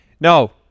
No